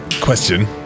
Question